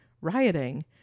rioting